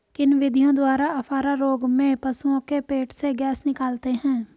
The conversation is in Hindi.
किन विधियों द्वारा अफारा रोग में पशुओं के पेट से गैस निकालते हैं?